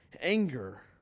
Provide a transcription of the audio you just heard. anger